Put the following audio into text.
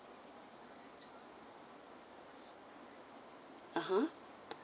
(uh huh)